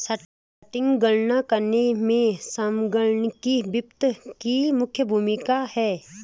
सटीक गणना करने में संगणकीय वित्त की मुख्य भूमिका है